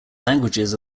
languages